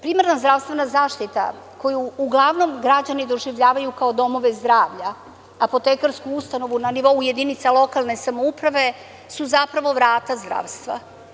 Primarna zdravstvena zaštita, koju uglavnom građani doživljavaju kao domove zdravlja, apotekarsku ustanovu na nivou jedinica lokalne samouprave, zapravo su vrata zdravstva.